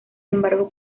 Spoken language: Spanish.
embargo